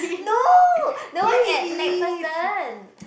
no the one at MacPherson